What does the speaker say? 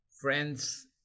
friends